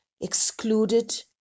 excluded